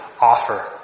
offer